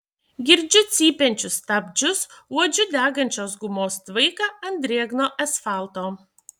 girdžiu cypiančius stabdžius uodžiu degančios gumos tvaiką ant drėgno asfalto